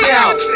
out